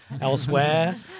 elsewhere